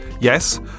yes